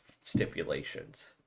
stipulations